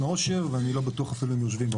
העושר ואני לא בטוח אפילו שגם יושבים בה.